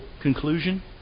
conclusion